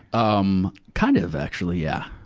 um kind of actually, yeah.